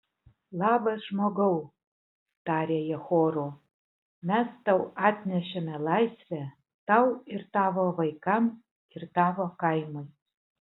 labas žmogau tarė jie choru mes tau atnešėme laisvę tau ir tavo vaikams ir tavo kaimui